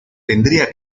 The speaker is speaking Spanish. tendría